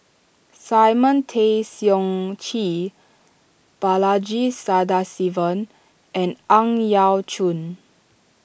Simon Tay Seong Chee Balaji Sadasivan and Ang Yau Choon